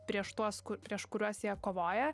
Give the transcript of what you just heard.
prieš tuos kur prieš kuriuos jie kovoja